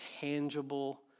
tangible